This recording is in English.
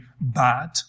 bad